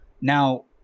Now